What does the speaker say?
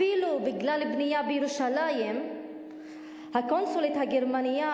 אפילו בגלל בנייה בירושלים הקנצלרית הגרמנייה